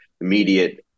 immediate